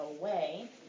away